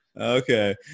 Okay